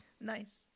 Nice